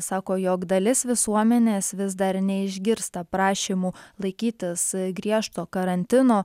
sako jog dalis visuomenės vis dar neišgirsta prašymų laikytis griežto karantino